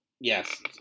yes